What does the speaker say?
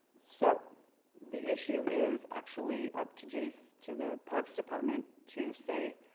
so the issue is actually up to j so to the parks department to say,